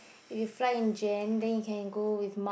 if you fly in Jan then you can go with Mar